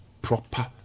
proper